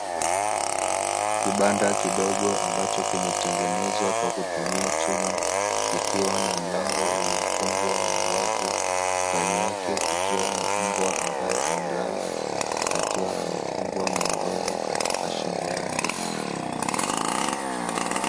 Kibanda kidogo ambacho kimetengenezwa kwa kutumia chuma, kikiwa na mlango uliofungwa wa wavu. Ndani yake kukiwa na mbwa ambaye amelala akiwa amefungwa minyororo katika shingo yake.